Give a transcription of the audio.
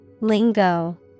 Lingo